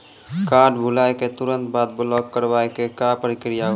Card भुलाए के तुरंत बाद ब्लॉक करवाए के का प्रक्रिया हुई?